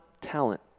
talent